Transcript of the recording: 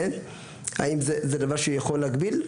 האם זה דבר שיכול להגביל?